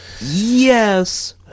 Yes